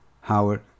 Howard